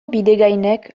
bidegainek